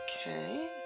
Okay